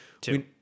Two